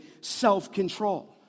self-control